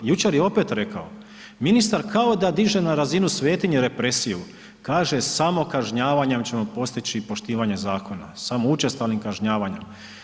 Jučer je opet rekao, ministar kao da diže na razinu svetinje represiju, kaže samo kažnjavanjem ćemo postići poštivanjem zakona, samo učestalim kažnjavanjem.